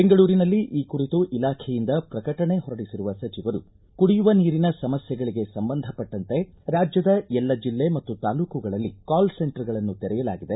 ಬೆಂಗಳೂರಿನಲ್ಲಿ ಈ ಕುರಿತು ಇಲಾಖೆಯಿಂದ ಪ್ರಕಟಣೆ ಹೊರಡಿಸಿರುವ ಸಚಿವರು ಕುಡಿಯುವ ನೀರಿನ ಸಮಸ್ಥೆಗಳಿಗೆ ಸಂಬಂಧಪಟ್ಟಂತೆ ರಾಜ್ಯದ ಎಲ್ಲ ಜಿಲ್ಲೆ ಮತ್ತು ತಾಲೂಕುಗಳಲ್ಲಿ ಕಾಲ್ ಸೆಂಟರ್ಗಳನ್ನು ತೆರೆಯಲಾಗಿದೆ